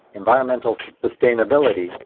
environmental sustainability,